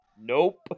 nope